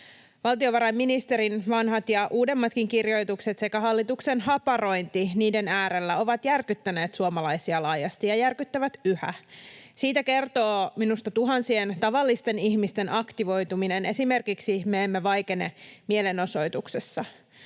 Valtiovarainministerin vanhat ja uudemmatkin kirjoitukset sekä hallituksen haparointi niiden äärellä ovat järkyttäneet suomalaisia laajasti ja järkyttävät yhä. Siitä kertoo minusta tuhansien tavallisten ihmisten aktivoituminen esimerkiksi Me emme vaikene ‑mielenosoituksessa.